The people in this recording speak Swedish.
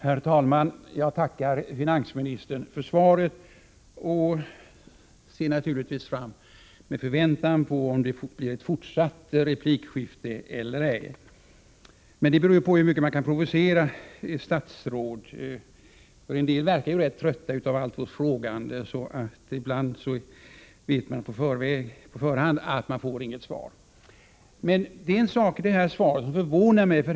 Herr talman! Jag tackar finansministern för svaret och ser med förväntan fram mot att få veta om det blir ett fortsatt replikskifte eller ej. Det beror på hur mycket man kan provocera ett statsråd. En del verkar rätt trötta av allt vårt frågande, så ibland vet man på förhand att man inte får något svar. Det är en sak i svaret som förvånar mig.